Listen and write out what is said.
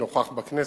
נוכח בכנסת.